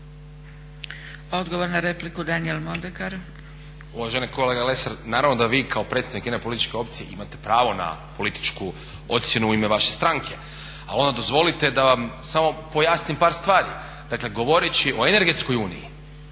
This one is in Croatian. **Mondekar, Daniel (SDP)** Uvažena kolega Lesar, naravno da vi kao predsjednik jedne političke opcije imate pravo na političku ocjenu u ime vaše stranke, ali onda dozvolite da vam samo pojasnim par stvari. Dakle govoreći o energetskoj uniji